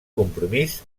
compromís